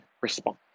response